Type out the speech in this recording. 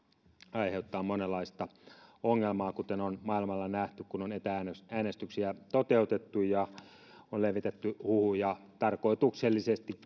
aiheuttaa monenlaista ongelmaa kuten on maailmalla nähty kun on etä äänestyksiä toteutettu ja on levitetty huhuja ilmeisesti tarkoituksellisesti